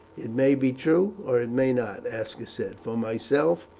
it may be true or it may not, aska said. for myself,